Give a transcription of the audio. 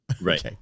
Right